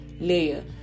layer